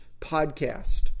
podcast